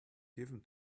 given